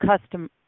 custom